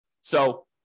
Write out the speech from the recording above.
So-